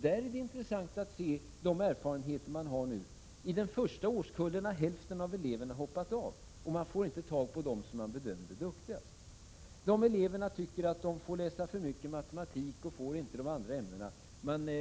Det är intressant att nu ta del av matematikgymnasiets erfarenheter. I den första årskullen har hälften av eleverna hoppat av, och man får inte tagidem som man bedömer som duktigast. Dessa elever tycker att de får läsa för mycket matematik och inte får tillräcklig undervisning i de andra ämnena.